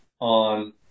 on